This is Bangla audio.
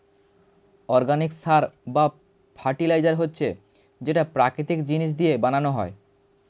অর্গানিক সার বা ফার্টিলাইজার হচ্ছে যেটা প্রাকৃতিক জিনিস দিয়ে বানানো হয়